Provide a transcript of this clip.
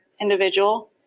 individual